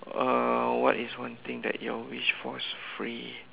uh what is one thing that your wish was free